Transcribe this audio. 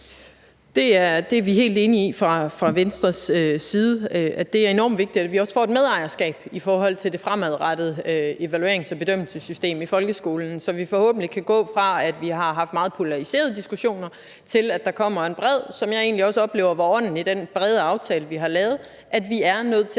Venstres side helt enige i, altså at det er enormt vigtigt, at vi også får et medejerskab i forhold til det fremadrettede evaluerings- og bedømmelsessystem i folkeskolen, så vi forhåbentlig kan gå fra, at vi har haft meget polariserede diskussioner, til, at der kommer en bredde her, hvilket jeg egentlig også oplever var ånden i den brede aftale, vi har lavet – altså at vi er nødt til